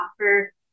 offer